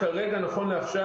נכון לעכשיו,